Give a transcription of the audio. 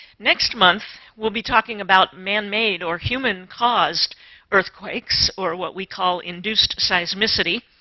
next month we'll be talking about manmade, or human-caused, earthquakes, or what we call induced seismicity.